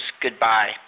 goodbye